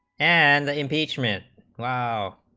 and the impeachment while